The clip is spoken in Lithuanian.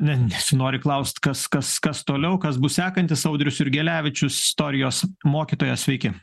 ne nesinori klaust kas kas kas toliau kas bus sekantis audrius jurgelevičius istorijos mokytojas sveiki